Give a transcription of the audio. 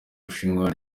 bushinwa